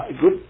good